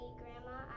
grandma